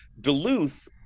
duluth